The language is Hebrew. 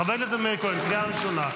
חבר הכנסת מאיר כהן, קריאה ראשונה.